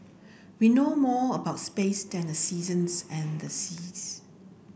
we know more about space than the seasons and the seas